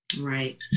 Right